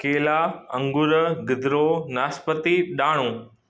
केला अंगूर गिदरो नाशपाती ॾारहूं